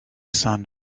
son